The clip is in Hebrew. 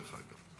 דרך אגב.